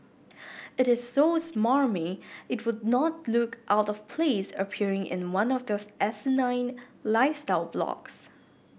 it is so smarmy it would not look out of place appearing in one of those asinine lifestyle blogs